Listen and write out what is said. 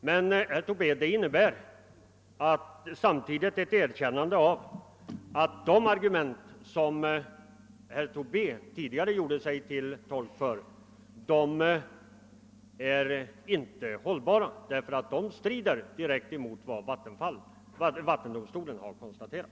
Men det innebär, herr Tobé, samtidigt ett erkännande av att de argument som herr Tobé tidigare gjorde sig till tolk för inte är hållbara eftersom de strider mot vad vattendomstolen har konstaterat.